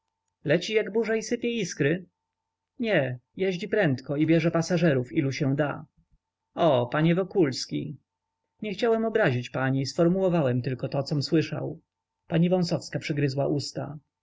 leci jak burza i sypie iskry nie jeździ prędko i bierze pasażerów ilu się da o panie wokulski nie chciałem obrazić pani sformułowałem tylko to com słyszał pani wąsowska przygryzła usta